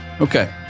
okay